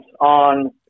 on